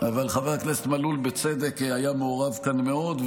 אבל חבר הכנסת מלול בצדק היה מעורב כאן מאוד,